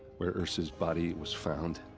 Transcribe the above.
where ersa's body was found.